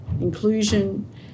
Inclusion